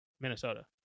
Minnesota